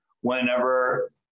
whenever